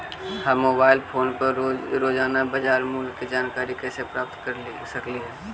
हम mobile phone पर रोजाना बाजार मूल्य के जानकारी कैसे प्राप्त कर सकली हे?